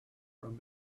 from